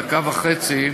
דקה וחצי.